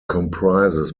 comprises